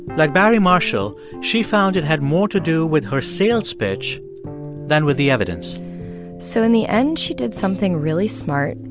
like barry marshall, she found it had more to do with her sales pitch than with the evidence so in the end, she did something really smart,